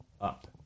up